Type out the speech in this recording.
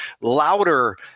louder